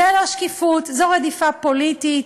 זו לא שקיפות, זו רדיפה פוליטית.